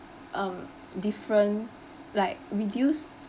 um different like reduce